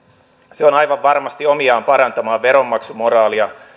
se on aivan varmasti omiaan parantamaan veronmaksumoraalia